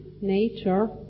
Nature